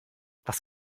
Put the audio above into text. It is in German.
was